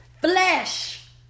flesh